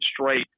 straight